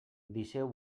deixeu